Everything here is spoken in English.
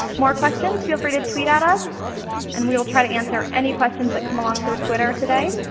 more questions? feel free to tweet at us and we will try to answer any questions that come along through twitter today.